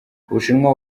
ubushinwa